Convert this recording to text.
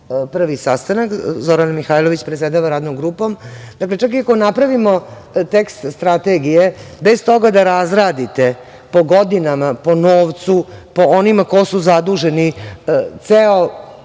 prvi sastanak, Zorana Mihajlović predsedava radnom grupom, dakle, čak i ako napravimo tekst strategije, bez toga da razradite po godinama, po novcu, po onima ko su zaduženi, ceo